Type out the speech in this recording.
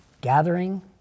gathering